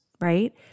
right